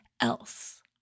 else